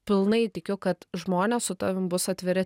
pilnai tikiu kad žmonės su tavim bus atviri